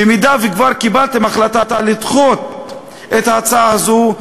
במידה שכבר קיבלתם החלטה לדחות את ההצעה הזו,